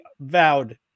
vowed